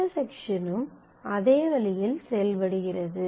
இண்டெர்செக்ஷனும் அதே வழியில் செயல் படுகிறது